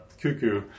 cuckoo